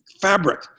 fabric